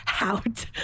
out